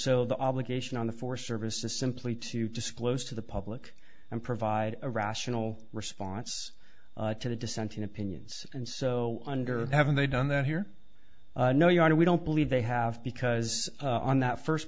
so the obligation on the forest service is simply to disclose to the public and provide a rational response to the dissenting opinions and so under haven't they done that here no you know we don't believe they have because on that first